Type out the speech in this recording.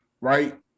right